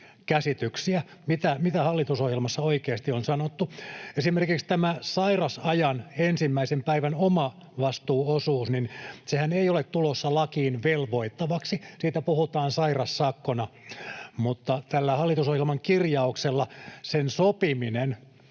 käsityksiä, mitä hallitusohjelmassa oikeasti on sanottu. Esimerkiksi tämä sairasajan ensimmäisen päivän omavastuuosuushan ei ole tulossa lakiin velvoittavaksi. Siitä puhutaan sairaussakkona, mutta tällä hallitusohjelman kirjauksella sen sopiminen